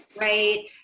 Right